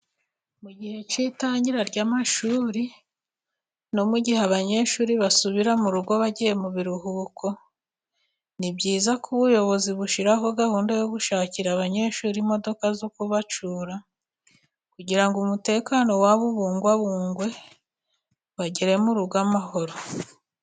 Mu gihe cy'itangira ry'amashuri no mu gihe abanyeshuri basubira mu rugo bagiye mu biruhuko, ni byiza ko ubuyobozi bushyiraho gahunda yo gushakira abanyeshuri imodoka zo kubacyura, kugira ngo umutekano wabo ubungwabungwe bagere mu rugo amahoro.